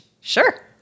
sure